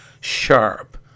sharp